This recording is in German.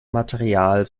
material